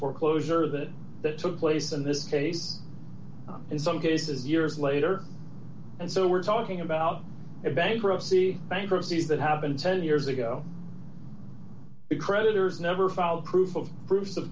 foreclosure that that took place in this case in some cases years later and so we're talking about a bankruptcy bankruptcy is that have been ten years ago the creditors never filed proof of proof of